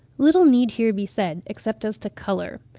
little need here be said, except as to colour.